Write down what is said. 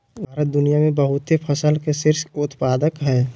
भारत दुनिया में बहुते फसल के शीर्ष उत्पादक हइ